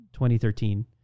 2013